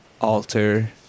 Alter